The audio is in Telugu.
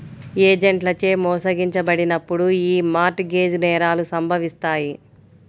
ఏజెంట్లచే మోసగించబడినప్పుడు యీ మార్ట్ గేజ్ నేరాలు సంభవిత్తాయి